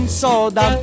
soda